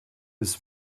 his